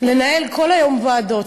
לנהל כל היום ישיבות ועדות.